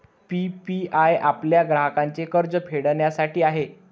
PPI आपल्या ग्राहकांचे कर्ज फेडण्यासाठी आहे